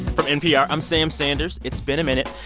from npr, i'm sam sanders. it's been a minute.